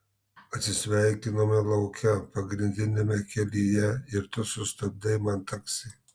atsisveikinome lauke pagrindiniame kelyje ir tu sustabdei man taksi